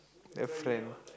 left hand